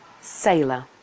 sailor